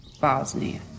Bosnia